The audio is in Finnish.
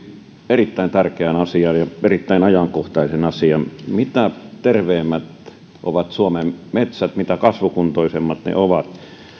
erittäin tärkeän ja ajankohtaisen asian mitä terveemmät ovat suomen metsät mitä kasvukuntoisemmat ne ovat